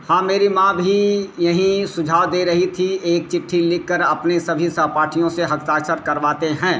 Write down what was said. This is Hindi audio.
हाँ मेरी माँ भी यही सुझाव दे रही थी एक चिट्ठी लिख कर अपने सभी सहपाठियों से हस्ताक्षर करवाते हैं